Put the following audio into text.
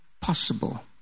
possible